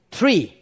Three